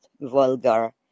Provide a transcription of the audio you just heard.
vulgar